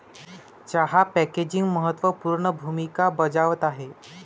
चहा पॅकेजिंग महत्त्व पूर्ण भूमिका बजावत आहे